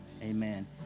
Amen